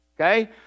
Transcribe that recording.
Okay